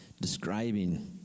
describing